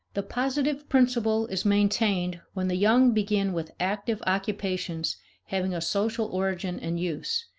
the positive principle is maintained when the young begin with active occupations having a social origin and use,